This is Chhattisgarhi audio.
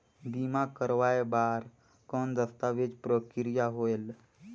बीमा करवाय बार कौन दस्तावेज प्रक्रिया होएल?